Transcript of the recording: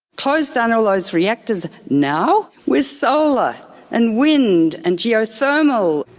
close down all those reactors, now! with solar and wind and geothermal.